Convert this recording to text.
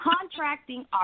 Contracting